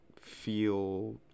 feel